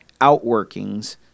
outworkings